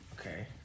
okay